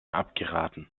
abgeraten